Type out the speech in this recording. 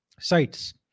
sites